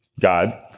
God